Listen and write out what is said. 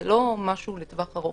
זה לא משהו לטווח ארוך.